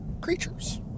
creatures